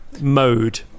mode